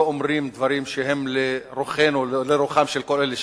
לא אומרים דברים שהם לרוחם של כל אלה שחתמו,